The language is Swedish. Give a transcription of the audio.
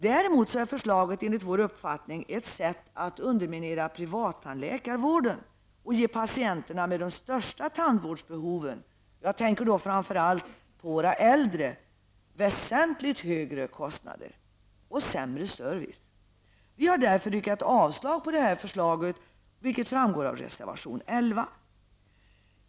Däremot är förslaget enligt vår uppfattning ett sätt att underminera privattandläkarvården och ge patienterna med de största tandvårdsbehoven -- framför allt våra äldre -- väsentligt högre kostnader och sämre service. Vi har därför yrkat avslag på förslaget, vilket framgår av reservation 11.